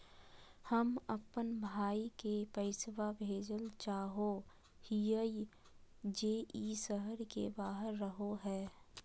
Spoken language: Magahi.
हम अप्पन भाई के पैसवा भेजल चाहो हिअइ जे ई शहर के बाहर रहो है